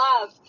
love